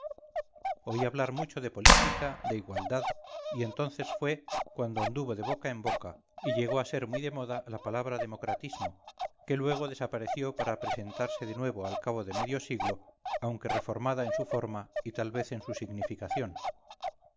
rosa cruz oí hablar mucho de política de igualdad y entonces fue cuando anduvo de boca en boca y llegó a ser muy de moda la palabra democratismo que luego desapareció para presentarse de nuevo al cabo de medio siglo aunque reformada en su forma y tal vez en su significación